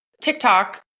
TikTok